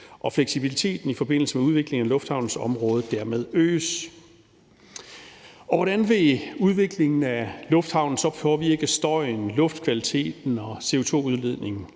og fleksibiliteten i forbindelse med udviklingen af lufthavnens område dermed øges. Hvordan vil udviklingen af lufthavnen så påvirke støjen, luftkvaliteten og CO2-udledningen?